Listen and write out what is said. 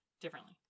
differently